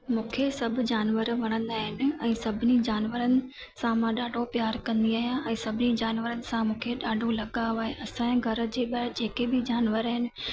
मूंखे सभु जानवर वणंदा आहिनि ऐं सभिनी जानवरनि सां मां ॾाढो प्यारु कंदी आहियां ऐं सभिनी जानवरनि सां मूंखे ॾाढो लगाव आहे असांजे घर जे ॿाहिरि जेके बि जानवर आहिनि